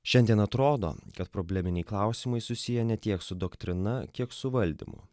šiandien atrodo kad probleminiai klausimai susiję ne tiek su doktrina kiek su valdymu